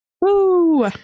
Woo